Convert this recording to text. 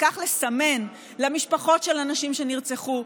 וכך לסמן למשפחות של הנשים שנרצחו,